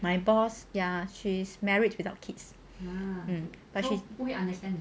my boss ya she is married without kids